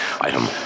Item